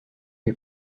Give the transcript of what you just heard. lui